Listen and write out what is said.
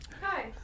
Hi